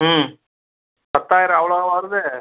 ம் பத்தாயிரம் அவ்வளோவா வருது